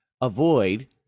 avoid